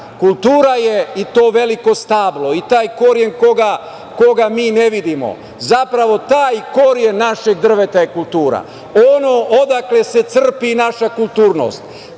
Kultura je i to veliko stablo i taj koren koga mi ne vidimo. Zapravo, taj koren našeg drveta je kultura, ono odakle se crpi naša kulturnost